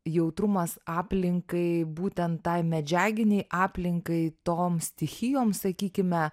jautrumas aplinkai būtent tai medžiaginei aplinkai toms stichijoms sakykime